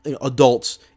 adults